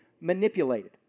manipulated